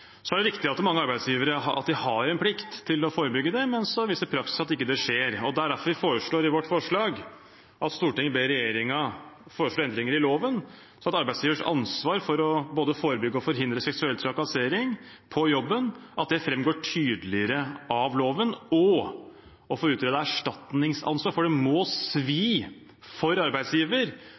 er riktig at arbeidsgiverne har en plikt til å forebygge, men praksis viser at det ikke skjer. Det er derfor vi foreslår at Stortinget ber regjeringen foreslå endringer i loven, sånn at arbeidsgivers ansvar for både å forebygge og å forhindre seksuell trakassering på jobben framgår tydeligere av loven, og å få utredet erstatningsansvar, for det må svi for arbeidsgiver